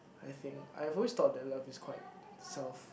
I think I have always thought that love is quite self